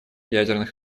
ядерных